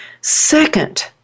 Second